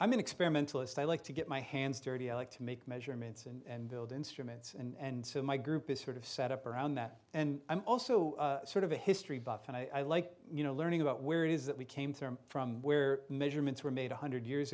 mean experimentalist i like to get my hands dirty i like to make measurements and build instruments and so my group is sort of set up around that and i'm also sort of a history buff and i like you know learning about where it is that we came to from where measurements were made one hundred years